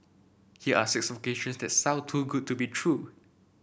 here are six vocations that sound too good to be true